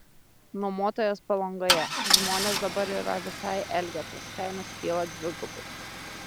nuomotojas palangoje žmonės dabar yra visai elgetos kainos kyla dvigubai